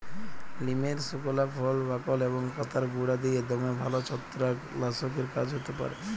লিমের সুকলা ফল, বাকল এবং পাতার গুঁড়া দিঁয়ে দমে ভাল ছত্রাক লাসকের কাজ হ্যতে পারে